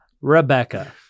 Rebecca